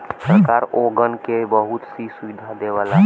सरकार ओगन के बहुत सी सुविधा देवला